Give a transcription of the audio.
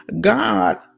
God